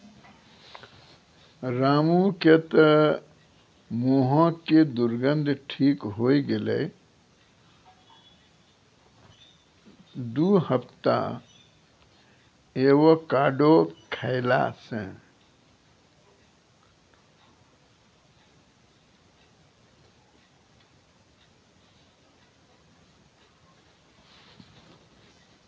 रामू के तॅ मुहों के दुर्गंध ठीक होय गेलै दू हफ्ता एवोकाडो खैला स